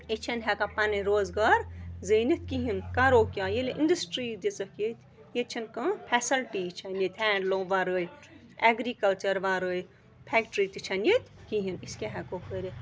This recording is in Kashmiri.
أسۍ چھِنہٕ ہٮ۪کان پَنٕنۍ روزگار زیٖنِتھ کِہیٖنۍ کَرو کیٛاہ ییٚلہِ اِنٛڈَسٹرٛی یی دِژٕکھ ییٚتہِ ییٚتہِ چھَنہٕ کانٛہہ فٮ۪سَلٹی یی چھَنہٕ ییٚتہِ ہینٛڈلوٗم وَرٲے اٮ۪گرِکَلچَر وَرٲے فٮ۪کٹرٛی تہِ چھَنہٕ ییٚتہِ کِہیٖنۍ أسۍ کیٛاہ ہٮ۪کو کٔرِتھ